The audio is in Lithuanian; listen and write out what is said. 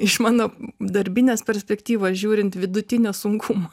iš mano darbinės perspektyvos žiūrint vidutinio sunkumo